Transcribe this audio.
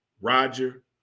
Roger